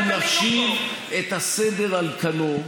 אנחנו נשיב את הסדר על כנו,